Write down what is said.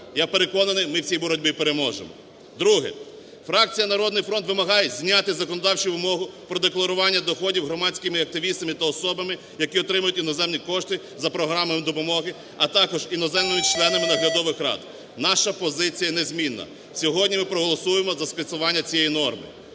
Я переконаний, ми в цій боротьбі переможемо. Друге. Фракція "Народний фронт" вимагає зняти законодавчу вимогу про декларування доходів громадськими активістами та особами, які отримують іноземні кошти за програмою допомоги, а також іноземними членами наглядових рад. Наша позиція незмінна. Сьогодні ми проголосуємо за скасування цієї норми.